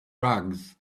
rugs